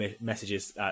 messages